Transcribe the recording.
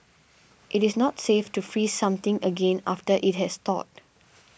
it is not safe to freeze something again after it has thawed